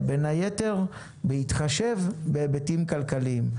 תהיה, בין היתר, בהתחשב בהיבטים כלכליים.